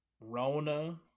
Rona